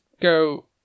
go